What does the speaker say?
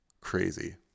Crazy